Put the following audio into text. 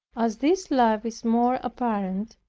as this life is more apparent,